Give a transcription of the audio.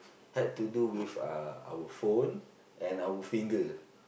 hard to do with uh our phone and our finger